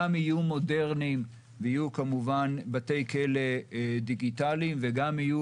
גם יהיו מודרניים ויהיו כמובן בתי כלא דיגיטליים וגם יהיו